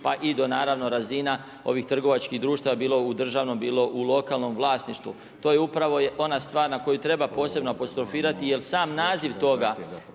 pa i do naravno razina, ovih trgovačkih društva, bilo u državnom bilo u lokalnom vlasništvu. To je upravo ona stvar na koju treba posebno apostrofirati, jer sam naziv toga